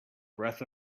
breath